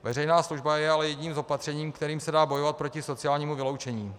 Veřejná služba je ale jedním z opatření, kterým se dá bojovat proti sociálnímu vyloučení.